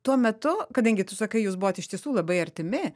tuo metu kadangi tu sakai jūs buvot iš tiesų labai artimi